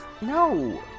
No